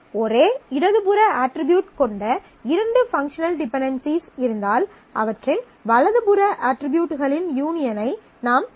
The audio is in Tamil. ஒரே இடது புற அட்ரிபியூட் கொண்ட இரண்டு பங்க்ஷனல் டிபென்டென்சிஸ் இருந்தால் அவற்றின் வலது புற அட்ரிபியூட்களின் யூனியன் ஐ நாம் எடுக்கலாம்